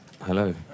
Hello